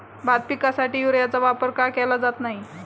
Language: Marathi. भात पिकासाठी युरियाचा वापर का केला जात नाही?